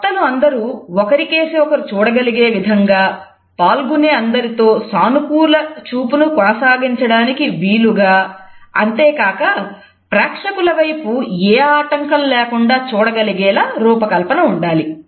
వక్తలు అందరూ ఒకరి కేసి ఒకరు చూడగలిగే విధంగా పాల్గొనే అందరితో సానుకూల చూపును కొనసాగించడానికి వీలుగా అంతేకాక ప్రేక్షకుల వైపు ఏ ఆటంకం లేకుండా చూడగలిగేలా రూపకల్పన ఉండాలి